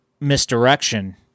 misdirection